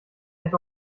add